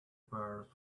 birds